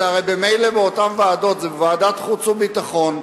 זה הרי ממילא באותן ועדות, זה בוועדת חוץ וביטחון.